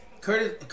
Curtis